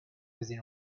within